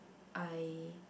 I